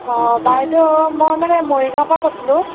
অঁ বাইদেউ মই মানে মৰিগাঁওৰ পৰা কৈছিলোঁ